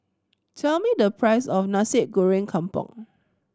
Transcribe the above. tell me the price of Nasi Goreng Kampung